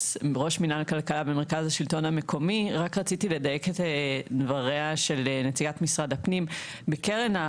רק רציתי לדייק את דבריה של נציגת משרד המשפטים.